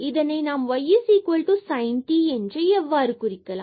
இதை நாம் ysin t என்று எவ்வாறு குறிக்கலாம்